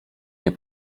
nie